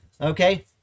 okay